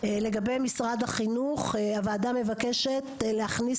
לגבי משרד החינוך: הוועדה מבקשת להכניס